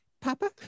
Papa